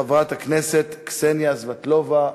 ראשונת הדוברים, חברת הכנסת קסניה סבטלובה,